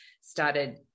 started